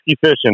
fishing